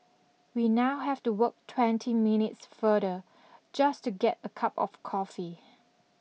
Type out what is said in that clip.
we now have to walk twenty minutes further just to get a cup of coffee